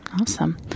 Awesome